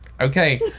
Okay